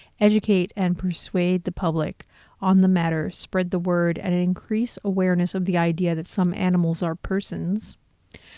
educate and persuade the public on the matter spread the word and increase awareness of the idea that some animals are persons,